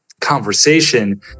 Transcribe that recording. conversation